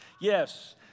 Yes